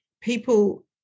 people